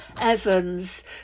Evans